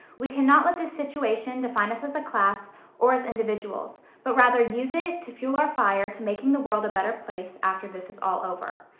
we cannot let this situation define us as a class or as individuals, but rather use it to fuel our fire to making the world a better place after this is all over.